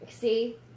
See